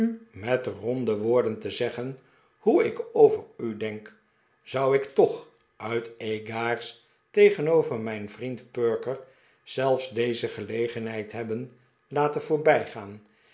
met ronde woorden te zeggen hoe ik over u denk zou ik toch uit egards tegenover mijn vriend perker zelfs deze gelegenheid hebben laten voorbijgaan